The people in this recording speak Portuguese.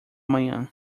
manhã